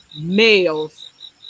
males